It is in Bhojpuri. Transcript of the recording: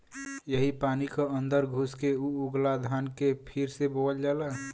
यही पानी क अन्दर घुस के ऊ उगला धान के फिर से बोअल जाला